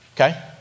Okay